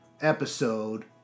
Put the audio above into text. episode